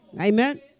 Amen